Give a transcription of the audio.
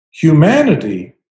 humanity